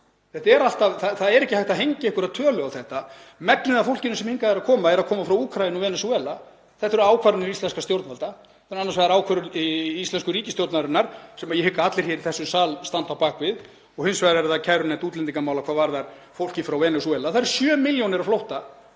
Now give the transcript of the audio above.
Það er ekki hægt að hengja einhverja tölu á þetta. Megnið af fólkinu sem hingað er að koma er að koma frá Úkraínu eða Venesúela. Þetta eru ákvarðanir íslenskra stjórnvalda; annars vegar ákvörðun íslensku ríkisstjórnarinnar, sem ég hygg að allir hér í þessum sal standi á bak við, og hins vegar er það kærunefnd útlendingamála hvað varðar fólkið frá Venesúela. Það eru 7 milljónir á flótta